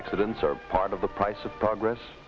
accidents are part of the price of progress